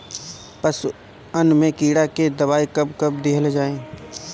पशुअन मैं कीड़ा के दवाई कब कब दिहल जाई?